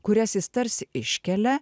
kurias jis tarsi iškelia